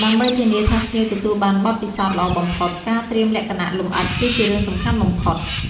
ដើម្បីធានាថាភ្ញៀវទទួលបានបទពិសោធន៍ល្អបំផុត ការត្រៀមលក្ខណៈលម្អិតគឺជារឿងសំខាន់បំផុត។